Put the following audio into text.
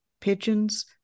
pigeons